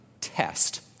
test